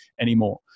anymore